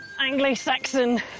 Anglo-Saxon